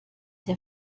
der